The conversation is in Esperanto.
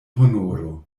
honoro